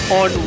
on